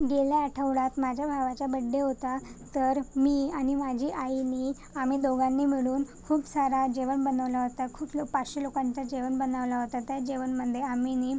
गेल्या आठवड्यात माझ्या भावाचा बड्डे होता तर मी आणि माझी आईनी आम्ही दोघांनी मिळून खूप सारा जेवण बनवला होता खूप लो पाचशे लोकांचं जेवण बनवलं होतं त्या जेवणामध्ये आम्मीनी